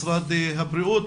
משרד הבריאות.